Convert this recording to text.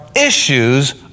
issues